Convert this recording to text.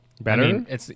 better